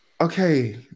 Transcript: okay